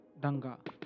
Danga